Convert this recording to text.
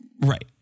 Right